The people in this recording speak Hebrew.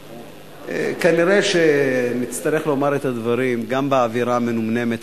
כנראה נצטרך לומר את הדברים גם באווירה המנומנמת